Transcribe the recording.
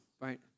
right